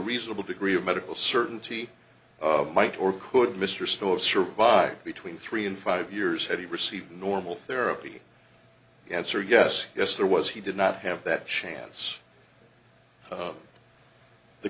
reasonable degree of medical certainty of might or could mr stuart survived between three and five years had he received normal therapy answer yes yes there was he did not have that chance of the